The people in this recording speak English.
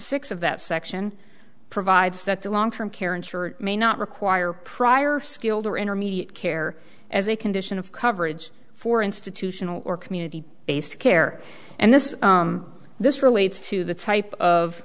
six of that section provides that the long term care insurance may not require prior skilled or intermediate care as a condition of coverage for institutional or community based care and this this relates to the type of